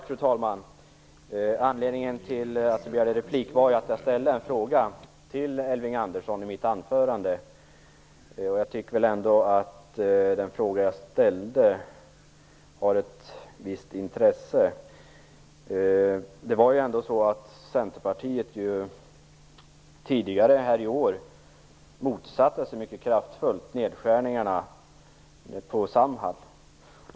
Fru talman! Anledningen till att jag har begärt replik är att jag ställde en fråga till Elving Andersson i mitt anförande. Jag tycker att frågan har ett visst intresse. Centerpartiet motsatte sig tidigare i år mycket kraftfullt nedskärningarna inom Samhall.